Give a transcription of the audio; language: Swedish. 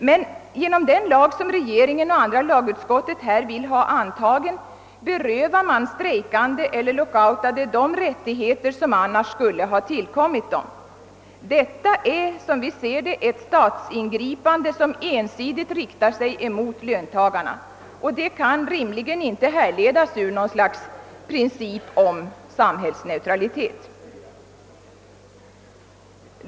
Men genom den lag som regeringen och andra lagutskottet här vill ha antagen berövar man strejkande eller lockoutade de rättigheter som annars skulle ha tillkommit dem. Detta är, som vi ser det, ett statsingripande som ensidigt riktar sig mot löntagarna. Det kan rimligen inte härledas ur något slags princip om »samhällsneutralitet».